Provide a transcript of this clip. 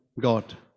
God